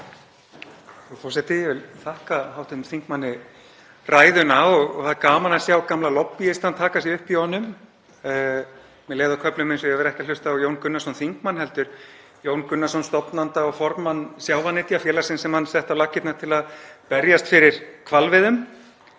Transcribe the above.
Frú forseti. Ég vil þakka hv. þingmanni ræðuna og það er gaman að sjá gamla lobbíistann taka sig upp í honum. Mér leið á köflum eins og ég væri ekki að hlusta á Jón Gunnarsson þingmann heldur Jón Gunnarsson, stofnanda og formann sjávarnytjarfélagsins sem hann setti á laggirnar til að berjast fyrir hvalveiðum.